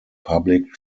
public